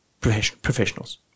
professionals